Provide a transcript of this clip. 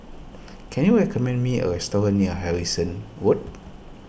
can you recommend me a restaurant near Harrison Road